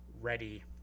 ready